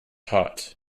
hot